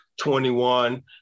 21